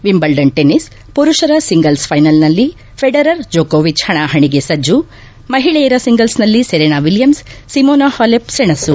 Wimbledon tennis ಮರುಪರ singles ಪೈನಲ್ನಲ್ಲಿ Federer ಜೋಕೋವಿಚ್ ಹಣಾಹಣಿಗೆ ಸಜ್ಜು ಮಹಿಳೆಯರ ಸಿಂಗಲ್ನ್ನಲ್ಲಿ ಸೆರೆನಾ ವಿಲಿಯಮ್ಸ್ ಸಿಮೋನಾ ಹಾಲೆಪ್ ಸೆಣಸು